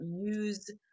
use